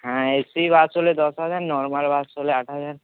হ্যাঁ AC bus হলে দশ হাজার নর্মাল বাস হলে আট হাজার